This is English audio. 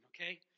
okay